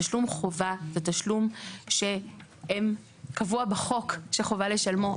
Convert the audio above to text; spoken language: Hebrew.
תשלום חובה הוא תשלום שקבוע בחוק שחובה לשלם אותו.